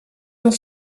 dans